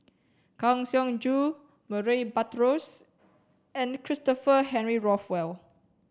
Kang Siong Joo Murray Buttrose and Christopher Henry Rothwell